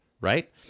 right